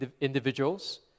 individuals